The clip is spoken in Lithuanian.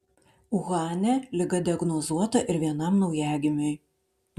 uhane liga diagnozuota ir vienam naujagimiui